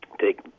take